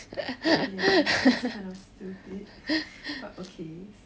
yeah it's kind of stupid but okay